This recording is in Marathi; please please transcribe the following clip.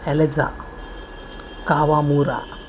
Eliza Kawamora